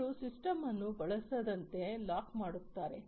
ಅವರು ಸಿಸ್ಟಮ್ ಅನ್ನು ಬಳಸದಂತೆ ಲಾಕ್ ಮಾಡುತ್ತಾರೆ